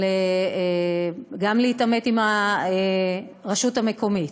גם להתעמת עם הרשות המקומית,